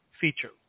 feature